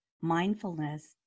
mindfulness